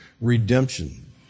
redemption